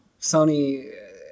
Sony